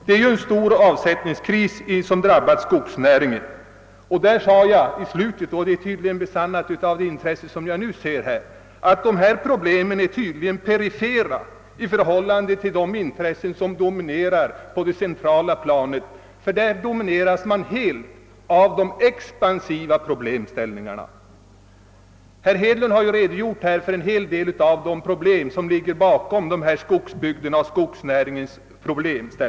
En lönsamhetsoch avsättningskris har drabbat skogsnäringen, och jag sade i slutet av mitt förra anförande — vilket tydligen besannas av det intresse jag nu ser från finansministern — att dessa problem tydligen är perifera i förhållande till de intressen som dominerar på det centrala planet, därför att där domineras man helt av de expansiva problemställningarna. Herr Hedlund har redogjort för en hel del av det som ligger bakom skogsbygdernas och skogsnäringens problem.